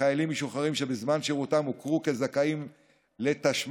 וחיילים משוחררים שבזמן שירותם הוכרו כזכאים לתשמ"ש,